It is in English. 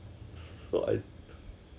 that time when 我们 pang seh 她的是不是